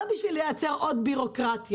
לא בשביל לייצר עוד ביורוקרטיה.